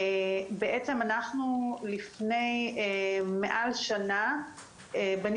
נבעה מהמקום של איתור ילדים ובני נוער חדשים שנכנסו למצוקה בזמן הקורונה